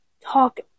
talk